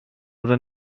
oder